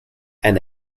and